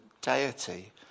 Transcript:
deity